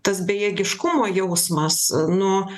tas bejėgiškumo jausmas nu